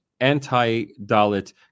anti-Dalit